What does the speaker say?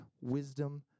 wisdom